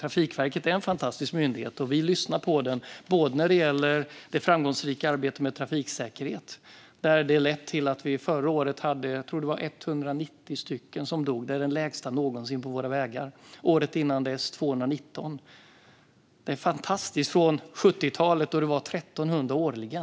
Trafikverket är en fantastisk myndighet, och vi lyssnar på den när det gäller det framgångsrika arbetet med trafiksäkerhet. Förra året var det 190 dödsfall, och det är det lägsta antalet någonsin på våra vägar. Året innan var det 219. På 1970-talet var det 1 300 årligen.